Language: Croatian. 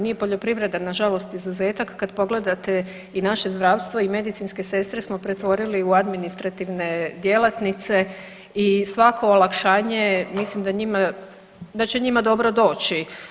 Nije poljoprivreda nažalost izuzetak, kad pogledate i naše zdravstvo i medicinske sestre smo pretvorili u administrativne djelatnice i svako olakšanje mislim da njima, da će njima dobro doći.